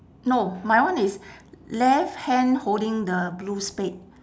no my one is left hand holding the blue spade